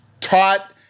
taught